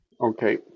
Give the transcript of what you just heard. Okay